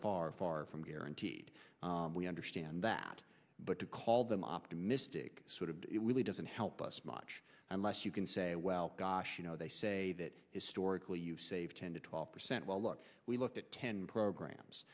far far from guaranteed we understand that but to call them optimistic it really doesn't help us much unless you can say well gosh you know they say that historically you save ten to twelve percent well look we looked at ten programs